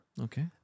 Okay